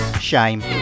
Shame